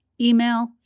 email